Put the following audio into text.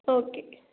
okay